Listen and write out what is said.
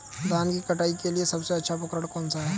धान की कटाई के लिए सबसे अच्छा उपकरण कौन सा है?